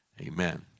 amen